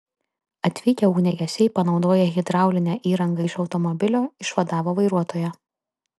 atvykę ugniagesiai panaudoję hidraulinę įrangą iš automobilio išvadavo vairuotoją